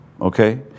Okay